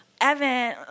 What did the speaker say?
Evan